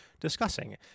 discussing